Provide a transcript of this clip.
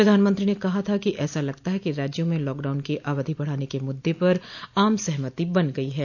प्रधानमंत्री ने कहा था कि ऐसा लगता है कि राज्यों में लॉकडाउन की अवधि बढ़ाने के मुद्दे पर आम सहमति बन गई है